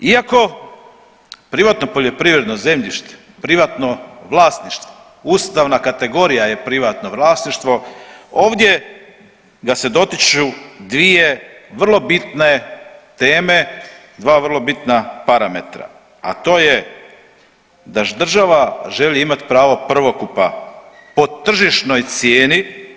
Iako privatno poljoprivredno zemljište, privatno vlasništvo, ustavna kategorija je privatno vlasništvo, ovdje ga se dotiču dvije vrlo bitne teme, dva vrlo bitna parametra, a to je da država želi imati pravo prvokupa po tržišnoj cijeni.